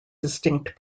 distinct